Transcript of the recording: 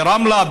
ברמלה,